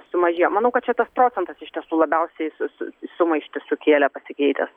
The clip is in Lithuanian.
sumažėjo manau kad čia procentas iš tiesų labiausiai su sumaištį sukėlė pasikeitęs